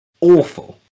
awful